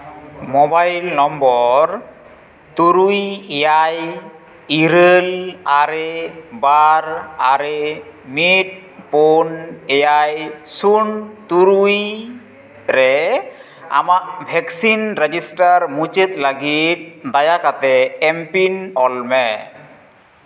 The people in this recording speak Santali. ᱢᱳᱵᱟᱭᱤᱞ ᱱᱚᱢᱵᱚᱨ ᱛᱩᱨᱩᱭ ᱮᱭᱟᱭ ᱤᱨᱟᱹᱞ ᱟᱨᱮ ᱵᱟᱨ ᱟᱨᱮ ᱢᱤᱫ ᱯᱩᱱ ᱮᱭᱟᱭ ᱥᱩᱱ ᱛᱩᱨᱩᱭ ᱨᱮ ᱟᱢᱟᱜ ᱵᱷᱮᱠᱥᱤᱱ ᱨᱮᱡᱤᱥᱴᱟᱨ ᱢᱩᱪᱟᱹᱫ ᱞᱟᱹᱜᱤᱫ ᱫᱟᱭᱟ ᱠᱟᱛᱮᱫ ᱮᱢᱯᱤᱱ ᱚᱞ ᱢᱮ